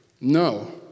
No